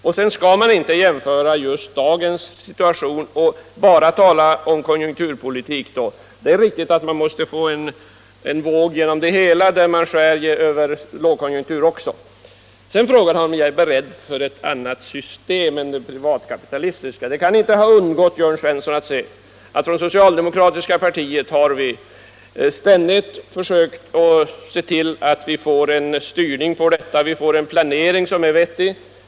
Dessutom skall man inte som en jämförelse ta bara dagens situation när man talar om konjunkturpolitik, eftersom konjukturerna ju går i vågor. Sedan frågade Jörn Svensson, om jag är beredd att förorda ett annat system än det privatkapitalistiska. Det kan inte ha undgått Jörn Svensson att vi i det socialdemokratiska partiet ständigt har försökt se till att få en styrning på detta område, en planering som är vettig.